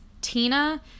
Tina